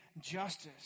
justice